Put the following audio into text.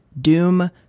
Doom